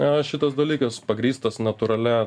a šitas dalykas pagrįstas natūralia